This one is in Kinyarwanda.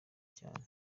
cyane